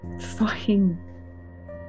Fine